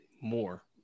more